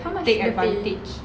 how much they earn a day